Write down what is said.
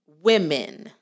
women